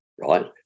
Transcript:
right